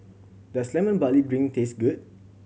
does Lemon Barley Drink taste good